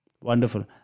Wonderful